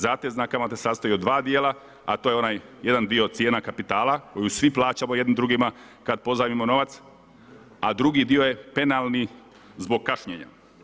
Zatezna kamata se sastoji od dva dijela, a to je onaj jedan dio cijena kapitala koju svi plaćamo jedni drugima kada pozajmimo novac a drugi dio je penalni zbog kašnjenja.